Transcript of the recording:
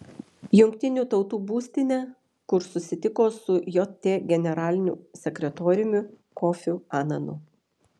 jungtinių tautų būstinę kur susitiko su jt generaliniu sekretoriumi kofiu ananu